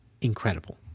incredible